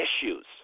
issues